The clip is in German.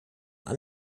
noch